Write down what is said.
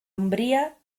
umbría